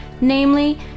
namely